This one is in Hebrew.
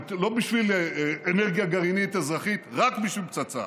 לא בשביל אנרגיה גרעינית אזרחית, רק בשביל פצצה.